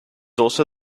also